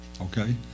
Okay